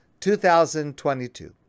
2022